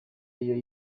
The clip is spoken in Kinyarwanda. y’iyo